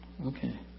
Okay